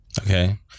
Okay